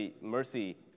mercy